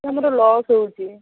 ଏଠି ଆମର ଲସ୍ ହେଉଛି